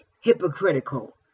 hypocritical